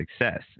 success